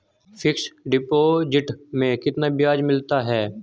Fix deposit में कितना ब्याज मिलता है?